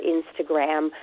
Instagram